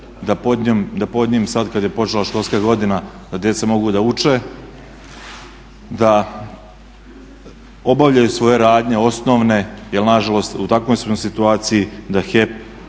da pod njim sad kad je počela školska godina da deca mogu da uče, da obavljaju svoje radnje osnovne jer na žalost u takvoj smo situaciji da HEP